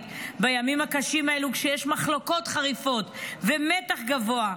בימים הקשים האלה כשיש מחלוקות חריפות ומתח גבוה.